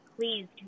Please